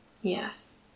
Yes